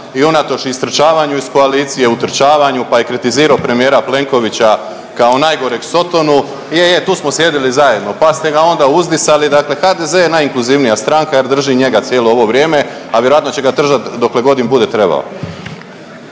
i unatoč istrčavanju iz koalicije, utrčavanju pa je kritizirao premijera Plenkovića kao najgoreg sotonu. Je, je tu smo sjedili zajedno pa ste ga onda uzdizali. Dakle HDZ je najinkluzivnija stranka jer drži njega cijelo ovo vrijeme, a vjerojatno će ga držat dokle god im bude trebao.